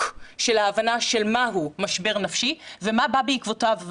והבנה מהו משבר נפשי ומה בא בעקבותיו.